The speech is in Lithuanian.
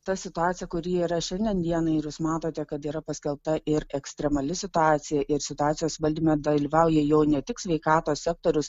ta situacija kuri yra šiandien dienai ir jūs matote kad yra paskelbta ir ekstremali situacija ir situacijos valdyme dalyvauja jau ne tik sveikatos sektorius